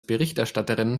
berichterstatterin